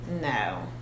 no